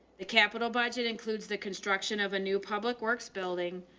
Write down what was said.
the capital budget includes the construction of a new public works building,